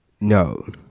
No